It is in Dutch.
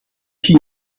ging